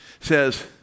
says